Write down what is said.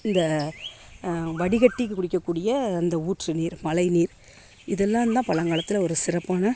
இந்த வடிகட்டிட்டு குடிக்கக்கூடிய அந்த ஊற்று நீர் மழை நீர் இதெல்லாம் தான் பழங்காலத்தில் ஒரு சிறப்பான